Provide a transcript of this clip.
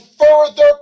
further